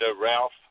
Ralph